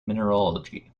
mineralogy